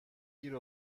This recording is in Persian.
گیر